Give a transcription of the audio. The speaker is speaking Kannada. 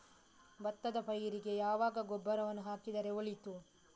ಭತ್ತದ ಪೈರಿಗೆ ಯಾವಾಗ ಗೊಬ್ಬರವನ್ನು ಹಾಕಿದರೆ ಒಳಿತು?